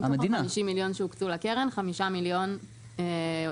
מתוך ה-50 מיליון שהוקצו לקרן חמישה מיליון לליווי.